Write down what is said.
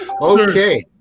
Okay